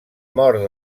mort